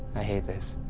i hate this.